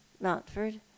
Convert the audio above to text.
Mountford